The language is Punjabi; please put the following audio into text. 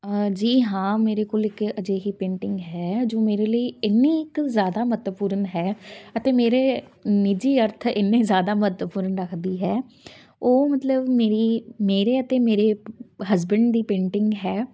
ਜੀ ਹਾਂ ਮੇਰੇ ਕੋਲ ਇੱਕ ਅਜਿਹੀ ਪੇਂਟਿੰਗ ਹੈ ਜੋ ਮੇਰੇ ਲਈ ਇੰਨੀ ਕ ਜ਼ਿਆਦਾ ਮਹੱਤਵਪੂਰਨ ਹੈ ਅਤੇ ਮੇਰੇ ਨਿੱਜੀ ਅਰਥ ਇੰਨੇ ਜ਼ਿਆਦਾ ਮਹੱਤਵਪੂਰਨ ਰੱਖਦੀ ਹੈ ਉਹ ਮਤਲਬ ਮੇਰੀ ਮੇਰੇ ਅਤੇ ਮੇਰੇ ਹਸਬੈਂਡ ਦੀ ਪੇਂਟਿੰਗ ਹੈ